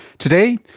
today,